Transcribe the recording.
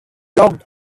locked